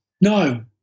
no